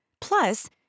Plus